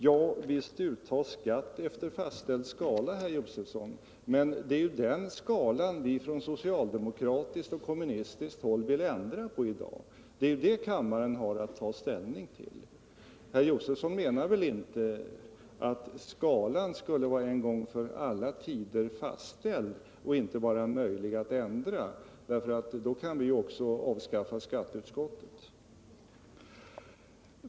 Ja, visst uttas skatt efter fastställd skala, herr Josefson, men det är ju den skalan som vi från socialdemokratiskt och kommunistiskt håll vill ändra på i dag. Det är ju det som kammaren har att ta ställning till. Herr Josefson menar väl inte att skalan skulle vara en gång för alla tider fastställd och inte vara möjlig att ändra? I så fall kan vi ju också avskaffa skatteutskottet.